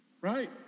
Right